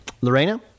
Lorena